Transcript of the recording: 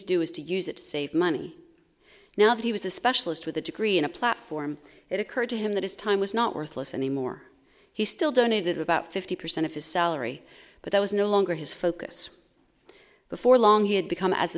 to do is to use it to save money now that he was a specialist with a degree and a platform it occurred to him that his time was not worthless anymore he still donated about fifty percent of his salary but that was no longer his focus before long he had become as